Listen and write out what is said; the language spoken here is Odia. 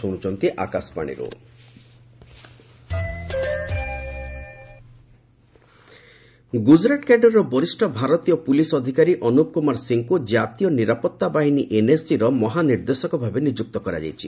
ଏନ୍ଏସ୍ଜି ଗୁଜରାଟ କ୍ୟାଡରର ବରିଷ ଭାରତୀୟ ପୁଲିସ୍ ଅଧିକାରୀ ଅନୁପ କୁମାର ସିଂହଙ୍କୁ ଜାତୀୟ ନିରାପତ୍ତା ବିହିନୀ ଏନ୍ଏସ୍ଜିର ମହାନିର୍ଦ୍ଦେଶକ ଭାବେ ନିଯୁକ୍ତ କରାଯାଇଛି